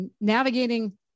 Navigating